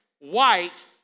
white